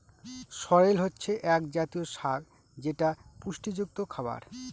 সরেল হচ্ছে এক জাতীয় শাক যেটা পুষ্টিযুক্ত খাবার